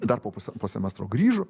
dar po po semestro grįžo